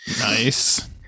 nice